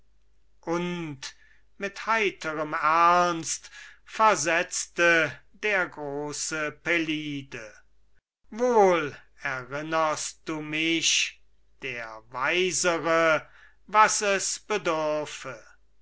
und mit heiterem ernst versetzte der große pelide wohl erinnerst du mich der weisere was es bedürfe